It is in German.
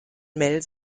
mel